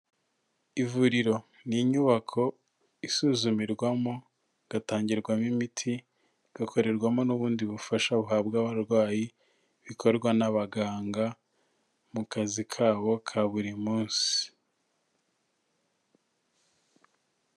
Ivuriro ni inyubako isuzumirwamo igatangirwamo imiti, igakorerwamo n'ubundi bufasha buhabwa abarwayi, bikorwa n'abaganga mu kazi kabo ka buri munsi.